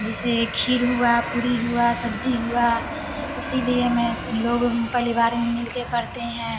जैसे खीर हुआ पुरी हुआ सब्जी हुआ इसीलिए मैं से लोगों परिवार में मिल के करते हैं